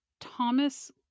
Thomas